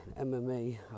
MMA